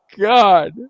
god